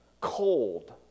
cold